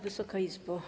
Wysoka Izbo!